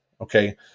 okay